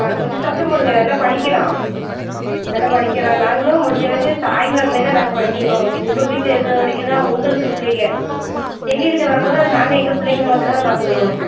ஆ கொஞ்சம் சத்தம் போடுங்க நல்லா படிக்கிறான் நல்லா படிக்கிறான் நாங்களும் முடிஞ்சளவுக்கு தாய்மார் மாதிரி தான் நாங்கள் படிக்க வைக்கிறோம் அது உங்கள் வீட்டில் இருக்கிற வரைக்கும் தான் உங்களுக்கு பிள்ளைகள் எங்கள் கிட்டே வரும்போது அது நாங்கள் எங்கள் பிள்ளைங்க மாதிரி தான் பார்த்துக்கிடணும்